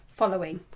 following